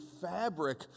fabric